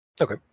Okay